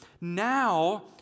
now